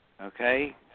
Okay